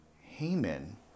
Haman